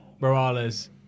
Morales